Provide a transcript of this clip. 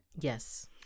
Yes